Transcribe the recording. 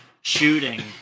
shooting